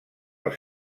els